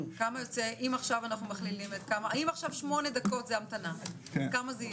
אם עכשיו זה שמונה דקות המתנה, אז כמה זה יהיה?